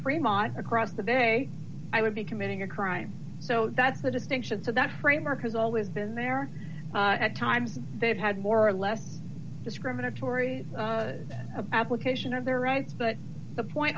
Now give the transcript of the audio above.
across the bay i would be committing a crime so that's the distinction so that framework has always been there at times they've had more or less discriminatory than of application of their rights but the point